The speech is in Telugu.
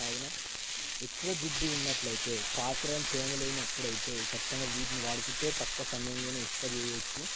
కావునా ఎక్కువ జిడ్డు ఉన్నట్లయితే పాత్రలు తోమలేనప్పుడైతే ఖచ్చితంగా వీటిని వాడుకుంటే తక్కువ సమయంలోనే ఎక్కువ చేయవచ్చు